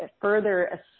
further